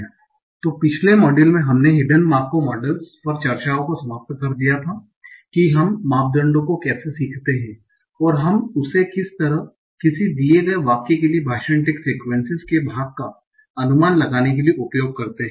तो पिछले सप्ताह में हमारे पास है पिछले मॉड्यूल में हमने हिडन मार्कोव मॉडलस पर चर्चाओं को समाप्त कर दिया था कि हम मापदंडों को कैसे सीखते हैं और हम उसे किस तरह किसी दिए गए वाक्य के लिए भाषण टैग सीक्वेंसेस के भाग का अनुमान लगाने के लिए उपयोग करते हैं